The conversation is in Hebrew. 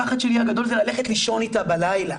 הפחד הגדול שלי זה ללכת לישון איתה בלילה.